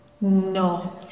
No